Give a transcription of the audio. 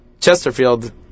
Chesterfield